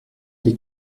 die